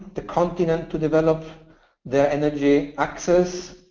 the continent, to develop their energy access,